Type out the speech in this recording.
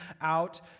out